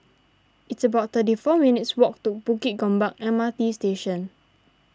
it's about thirty four minutes' walk to Bukit Gombak M R T Station